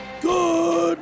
Good